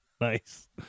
Nice